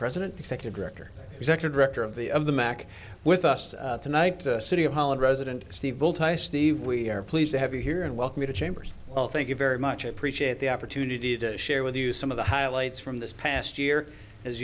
president executive director executive director of the of the mac with us tonight the city of holland resident steve steve we are pleased to have you here and welcome to the chambers well thank you very much appreciate the opportunity to share with you some of the highlights from this past year as